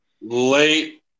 Late